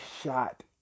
shot